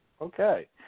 Okay